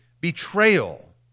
betrayal